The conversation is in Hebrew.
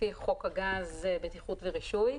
לפי חוק הגז (בטיחות ורישוי),